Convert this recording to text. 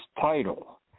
title